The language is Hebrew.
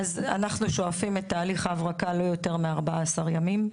אנחנו שואפים להגיע לתהליך ההברקה לא יותר מ-14 ימים.